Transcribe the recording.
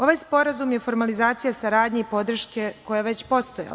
Ovaj sporazum je formalizacija saradnje i podrške koja je već postojala.